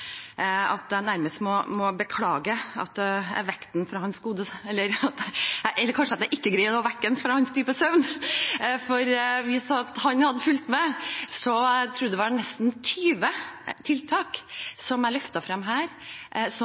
at jeg nærmest må beklage at jeg vekket ham – eller kanskje jeg ikke greide å vekke ham – fra hans dype søvn. For hvis han hadde fulgt med, ville han visst at det var nesten 20 tiltak som jeg løftet frem her, som